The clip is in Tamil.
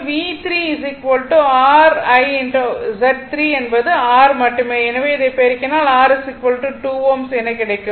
r Z3 என்பது R மட்டுமே எனவே இதை பெருக்கினால் R 2 Ω எனக் கிடைக்கும்